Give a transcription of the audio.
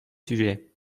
sujet